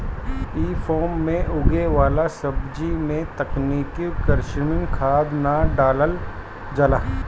इ फार्म में उगे वाला सब्जी में तनिको कृत्रिम खाद ना डालल जाला